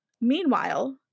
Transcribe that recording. Meanwhile